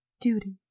duty